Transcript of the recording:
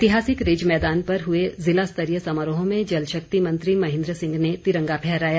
ऐतिहासिक रिज मैदान पर हुए ज़िला स्तरीय समारोह में जल शक्ति मंत्री महेंद्र सिंह ने तिरंगा फहराया